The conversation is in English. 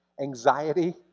Anxiety